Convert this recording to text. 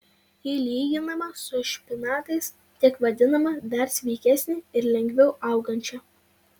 ji lyginama su špinatais tik vadinama dar sveikesne ir lengviau augančia